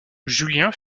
julien